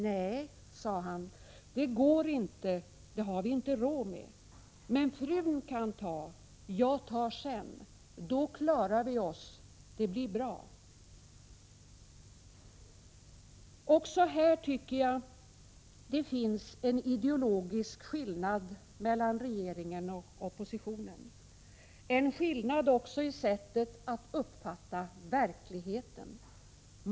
— Nej, sade han, det går inte, det har vi inte råd med. Men frun kan ta. Jag tar sedan. Då klarar vi oss. Det blir bra. Också här, tycker jag, finns det en ideologisk skillnad mellan regeringen och oppositionen, en skillnad också i sättet att uppfatta verkligheten.